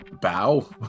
bow